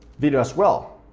video as well.